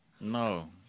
No